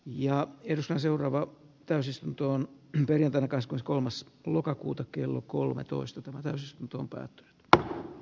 ja edessä seuraavaan täysistuntoon täydentävä keskus kolmas lokakuuta kello kolmetoista tavares jutun pääty d edistää